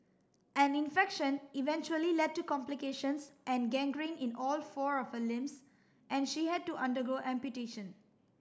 an infection eventually led to complications and gangrene in all four of her limbs and she had to undergo amputation